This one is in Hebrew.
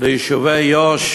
ליישובי יו"ש